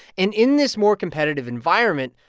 in in this more competitive environment,